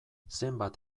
zenbat